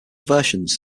versions